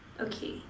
okay